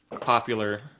popular